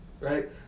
Right